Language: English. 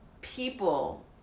people